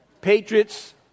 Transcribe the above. Patriots